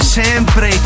sempre